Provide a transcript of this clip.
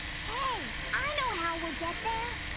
hey, i know how we'll get there!